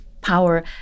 power